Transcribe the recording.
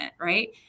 Right